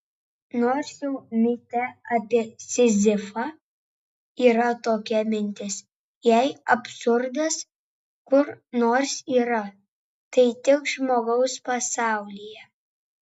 nors jau mite apie sizifą yra tokia mintis jei absurdas kur nors yra tai tik žmogaus pasaulyje